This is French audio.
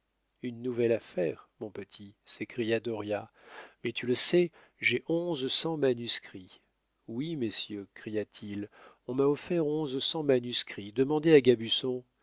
une nouvelle affaire mon petit s'écria dauriat mais tu le sais j'ai onze cents manuscrits oui messieurs cria-t-il on m'a offert onze cents manuscrits demandez à gabusson